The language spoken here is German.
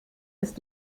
ist